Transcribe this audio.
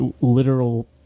literal